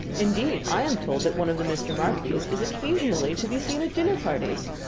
indeed i am told that one of the mr. markby's is occasionally to be seen at dinner parties.